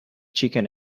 chicken